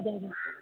അതെയതെ